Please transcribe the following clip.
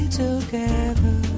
together